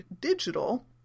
digital